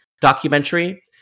documentary